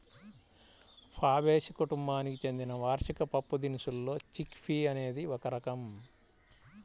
Fabaceae కుటుంబానికి చెందిన వార్షిక పప్పుదినుసుల్లో చిక్ పీ అనేది ఒక రకం